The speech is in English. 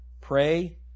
Pray